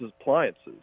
appliances